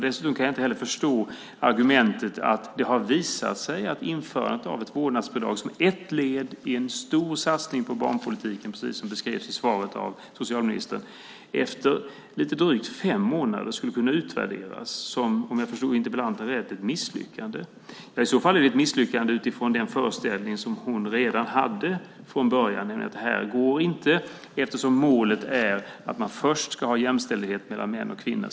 Dessutom kan jag inte förstå argumentet att det har visat sig att införandet av ett vårdnadsbidrag som ett led i en stor satsning på barnpolitiken, precis som beskrivs i svaret från socialministern, efter lite drygt fem månader skulle kunna utvärderas som, om jag förstod interpellanten rätt, ett misslyckande. I så fall är det ett misslyckande utifrån den föreställning som hon hade redan från början, nämligen att detta inte går eftersom målet är att man först ska ha jämställdhet mellan män och kvinnor.